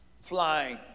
flying